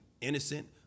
innocent